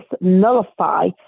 nullify